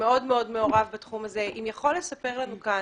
שמאוד מעורב בתחום הזה אם יכול לספר לנו כאן,